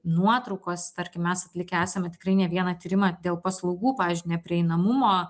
nuotraukos tarkim mes atlikę esame tikrai ne vieną tyrimą dėl paslaugų pavyzdžiui neprieinamumo